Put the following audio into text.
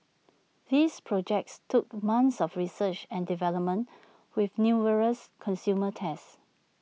these projects took months of research and development with numerous consumer tests